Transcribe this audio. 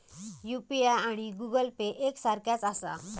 UPI आणि Google Pay एक सारख्याच आसा?